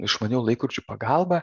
išmanių laikrodžių pagalba